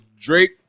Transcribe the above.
Drake